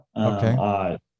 Okay